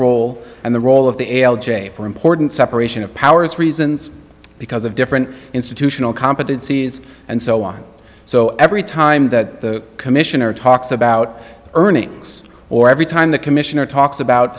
role and the role of the l j for important separation of powers reasons because of different institutional competencies and so on so every time that the commissioner talks about earnings or every time the commissioner talks about